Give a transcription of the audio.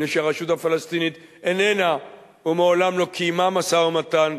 מפני שהרשות הפלסטינית איננה ומעולם לא קיימה משא-ומתן.